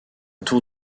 tour